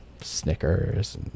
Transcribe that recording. Snickers